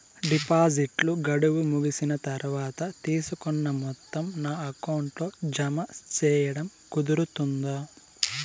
డిపాజిట్లు గడువు ముగిసిన తర్వాత, తీసుకున్న మొత్తం నా అకౌంట్ లో జామ సేయడం కుదురుతుందా?